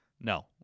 No